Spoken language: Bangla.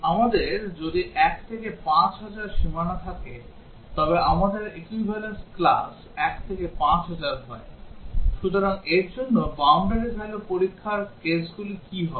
আমাদের যদি 1 থেকে 5000 সীমানা থাকে তবে আমাদের equivalence class 1 থেকে 5000 হয় সুতরাং এর জন্য boundary value পরীক্ষার কেসগুলি কী হবে